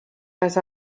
les